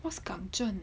what's 港蒸